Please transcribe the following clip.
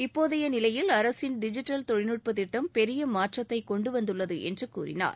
இப்போதைய நிலையில் அரசின் டிஜிட்டல் தொழில்நுட்ப திட்டம் பெரிய மாற்றத்தை கொண்டு வந்துள்ளது என்று கூறினார்